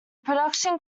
production